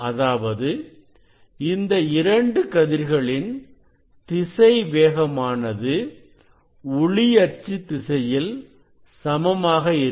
அதாவது இந்த இரண்டு கதிர்களின் திசை வேகமானது ஒளி அச்சு திசையில் சமமாக இருக்கும்